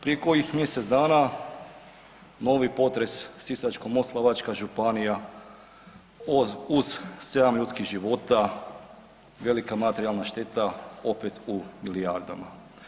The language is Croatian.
Prije kojih mjesec dana novi potres Sisačko-moslavačka županija uz 7 ljudskih života, velika materijalna šteta opet u milijardama.